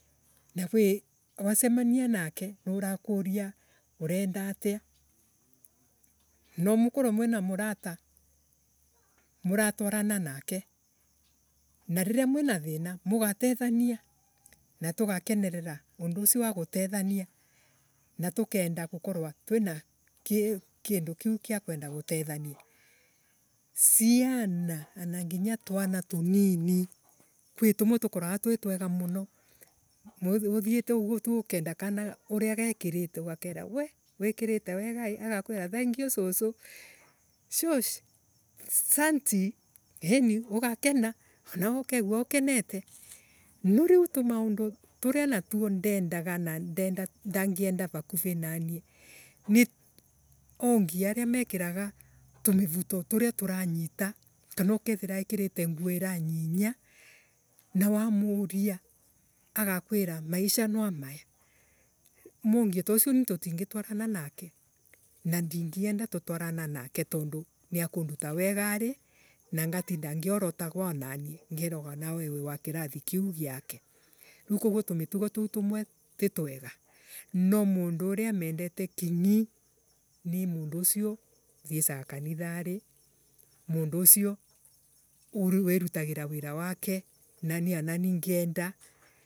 Na gwii wasemania nake nurakuria urenda atia nwa mukurwe mwina morata muratwarana nake na riria mwina thina. mugatethania na tugakonerera undu ucio wa kutethania na tukenda gukorwo twina kindu kiu gia kutethania. Ciana ana nginya twana tunini kwi tumwe tukoragwa twi twega muno. Uthiete uguo tu ukenda kana uria gekiriite ugakora wee wikiriite wega ii gagakuira thengiu susu. shosh asanti iini ugakena anawe ukegua ukenete. No riu tumaundu turia natuo ndedaga na ndangienda vakuru nanie ni ongia aria mekiraga tumivuto turia turanyita kana ukethira ekirite nguo iranyinya na wamuria agakwira maisha no maya. Mongia ta ucio nitutingituarana nake na ndingienda tutwarana nake tondu niakunduta wegari nongatinda ngiorotagwa ananie ngiragwa anawe wi wa kirathi kiu giake. Riu koguo tumitugo tuo tumwe ti twega. No mundu uria mendete kinyi nii mundu ucio uthiecaga kanithari. mundu ucio wirutagira wira wake nanie ananie ngienda